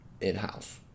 in-house